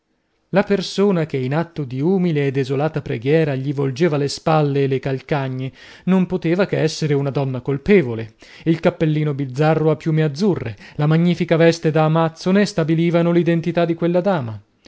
la persona che in atto di umile e desolata preghiera gli volgeva le spalle e le calcagne non poteva che essere una donna colpevole il cappellino bizzarro a piume azzurre la magnifica veste da amazzone stabilivano l'identità di quella dama